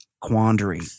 quandary